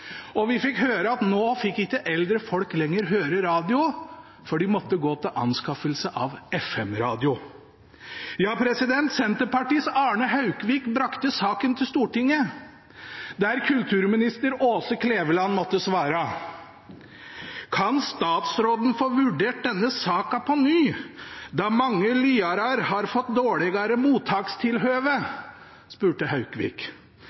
og vi fikk høre at nå fikk ikke eldre folk lenger høre radio, for de måtte gå til anskaffelse av FM-radio. Ja, Senterpartiets Arne Haukvik brakte saken til Stortinget, der kulturminister Åse Kleveland måtte svare. «Kan statsråden få vurdert denne saka på ny, da mange lyarar har fått dårlegare mottakstilhøve?», spurte Haukvik.